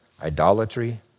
idolatry